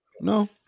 No